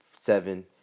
seven